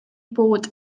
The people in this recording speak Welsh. bod